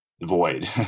void